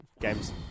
games